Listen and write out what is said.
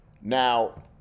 Now